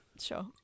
Sure